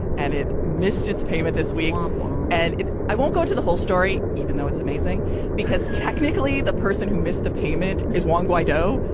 and it missed its payment this week um and it won't go to the whole story even though it's amazing because technically the person who missed the payment is one guy doe.